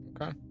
Okay